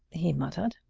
he muttered.